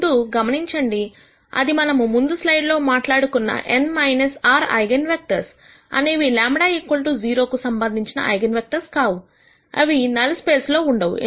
ముందు గమనించండి అది మనం ముందు స్లైడ్ లో మాట్లాడుకున్న n r ఐగన్ వెక్టర్స్ అనేవి λ 0 కు సంబంధించిన ఐగన్ వెక్టర్స్ కావు అవి నల్ స్పేస్ లో ఉండవు